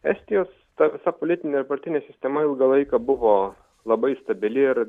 estijos ta visa politinė partinė sistema ilgą laiką buvo labai stabili ir